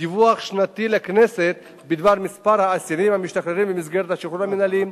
דיווח שנתי לכנסת על מספר האסירים המשתחררים במסגרת השחרור המינהלי,